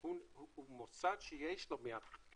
היא מוסד שיש לו מעכשיו